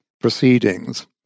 proceedings